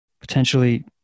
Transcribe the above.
potentially